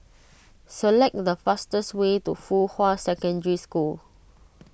select the fastest way to Fuhua Secondary School